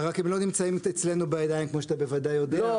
רק הם לא נמצאים אצלנו בידיים כפי שאתה בוודאי יודע,